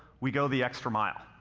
we go the extra mile.